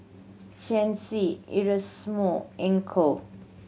Erasmo Enoch